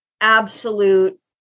absolute